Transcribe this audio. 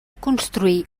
constituir